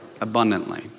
abundantly